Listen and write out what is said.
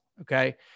okay